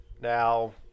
Now